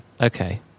Okay